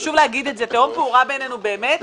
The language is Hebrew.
תהום פעורה בינינו באמת.